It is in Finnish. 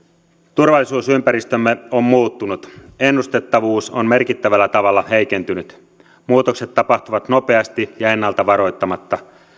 turvallisuusympäristömme on muuttunut ennustettavuus on merkittävällä tavalla heikentynyt muutokset tapahtuvat nopeasti ja ennalta varoittamatta